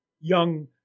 Young